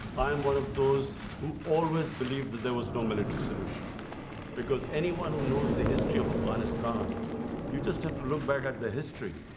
i am one of those who always believed that there was no military solution because anyone knows the history of of afghanistan you just have to look back at the history